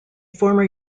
former